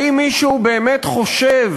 האם מישהו באמת חושב